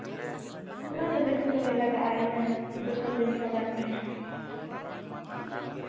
ᱚᱱᱟᱫᱚ ᱵᱮᱥᱤ ᱫᱚ ᱵᱟᱭ ᱞᱟᱜᱟᱜᱼᱟ ᱤᱱᱟᱹ ᱫᱩ ᱥᱚ ᱛᱤᱱ ᱥᱚ ᱜᱟᱱᱜᱮ